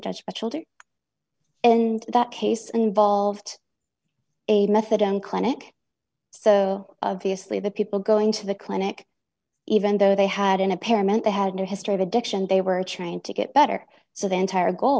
judge but children in that case involved a methadone clinic so of the asli the people going to the clinic even though they had in a pair meant they had no history of addiction they were trying to get better so the entire goal